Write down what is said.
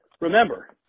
Remember